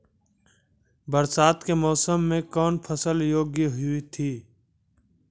बरसात के मौसम मे कौन फसल योग्य हुई थी?